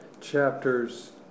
chapters